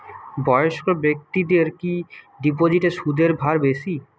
বয়স্ক ব্যেক্তিদের কি ডিপোজিটে সুদের হার বেশি?